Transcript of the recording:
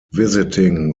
visiting